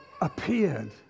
appeared